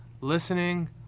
listening